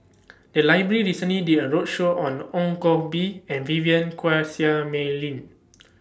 The Library recently did A roadshow on Ong Koh Bee and Vivien Quahe Seah Mei Lin